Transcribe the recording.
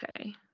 Okay